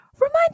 remind